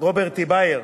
רוברט טיבייב,